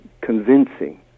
convincing